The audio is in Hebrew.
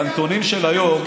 בנתונים של היום,